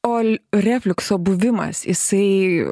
o refliukso buvimas jisai